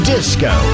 Disco